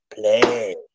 play